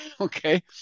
okay